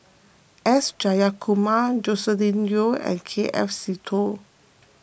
S Jayakumar Joscelin Yeo and K F Seetoh